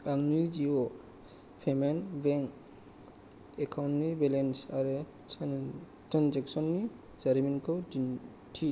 आंनि Jio payment bank एकाउन्टनि balance आरो ट्रेनजेक्सननि जारिमिनखौ दिन्थि